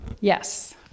Yes